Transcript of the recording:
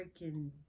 freaking